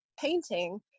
painting